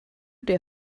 der